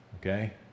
okay